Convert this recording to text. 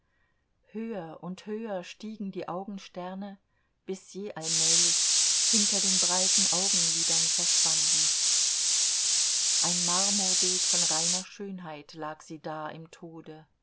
höher und höher stiegen die augensterne bis sie allmählich hinter den breiten augenlidern verschwanden ein marmorbild von reiner schönheit lag sie da im tode